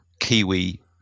kiwi